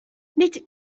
nid